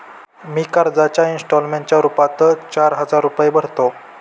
मी कर्जाच्या इंस्टॉलमेंटच्या रूपात चार हजार रुपये भरतो